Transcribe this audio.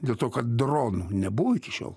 dėl to kad dronų nebuvo iki šiol